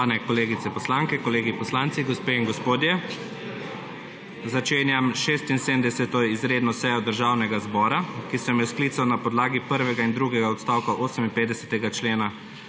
kolegice poslanke, kolegi poslanci, gospe in gospodje! Začenjam 76. izredno sejo Državnega zbora, ki sem jo sklical na podlagi prvega in drugega odstavka 58. člena,